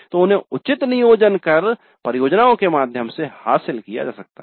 तो इन्हें उचित नियोजन कर परियोजनाओं के माध्यम से हासिल किया जा सकता है